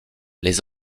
les